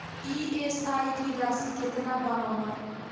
EMI की राशि केतना बा हमर?